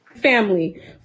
family